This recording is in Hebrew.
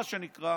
מה שנקרא,